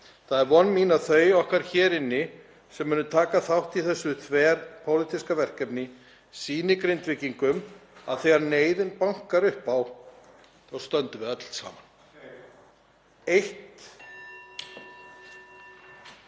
Það er von mín að þau okkar hér inni sem munu taka þátt í þessu þverpólitíska verkefni sýni Grindvíkingum að þegar neyðin bankar upp á þá stöndum við öll saman.